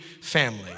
family